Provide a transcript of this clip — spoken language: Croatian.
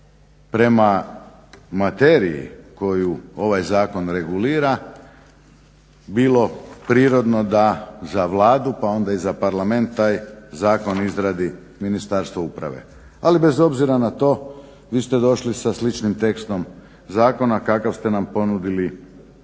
prema materiji koju ovaj zakon regulira bilo prirodno da za Vladu pa onda i za Parlament taj zakon izradi Ministarstvo uprave. Ali bez obzira na to vi ste došli sa sličnim tekstom zakona kakav ste nam ponudili i u